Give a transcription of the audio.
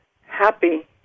happy